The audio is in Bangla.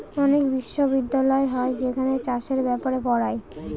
অনেক বিশ্ববিদ্যালয় হয় যেখানে চাষের ব্যাপারে পড়ায়